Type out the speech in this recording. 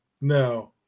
No